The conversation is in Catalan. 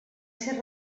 ser